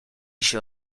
się